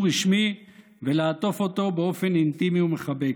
רשמי ולעטוף אותו באופן אינטימי ומחבק.